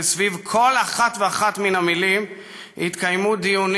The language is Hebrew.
וסביב כל אחת ואחת מן המילים התקיימו דיונים